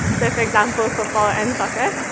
so for example, football and soccer.